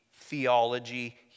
theology